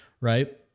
right